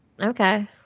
Okay